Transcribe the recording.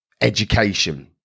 education